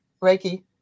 Reiki